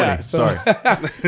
sorry